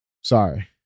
Sorry